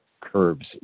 curves